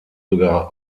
sogar